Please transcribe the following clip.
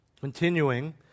Continuing